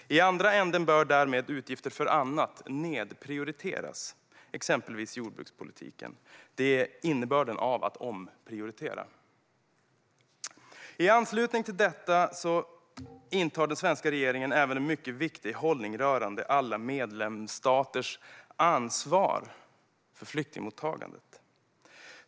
I andra änden bör därmed utgifter för annat nedprioriteras, exempelvis utgifterna för jordbrukspolitiken. Det är innebörden av att omprioritera. I anslutning till detta intar den svenska regeringen även en mycket viktig hållning rörande alla medlemsstaters ansvar för flyktingmottagandet.